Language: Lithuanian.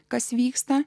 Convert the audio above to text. kas vyksta